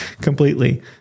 completely